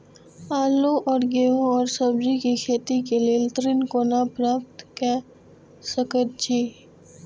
आलू और गेहूं और सब्जी के खेती के लेल ऋण कोना प्राप्त कय सकेत छी?